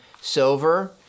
silver